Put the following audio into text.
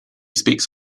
speaks